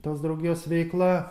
tos draugijos veikla